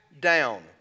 down